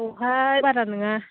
औहाय बारा नङा